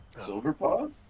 Silverpaw